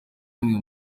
hamwe